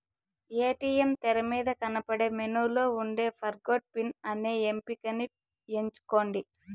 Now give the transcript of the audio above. ATM తెరమీద కనబడే మెనూలో ఉండే ఫర్గొట్ పిన్ అనే ఎంపికని ఎంచుకోండి